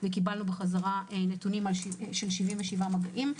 וקיבלנו נתונים של 77 מגעים.